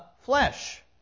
flesh